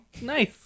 nice